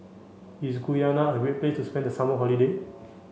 is Guyana a great place to spend the summer holiday